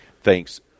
thanks